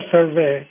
Survey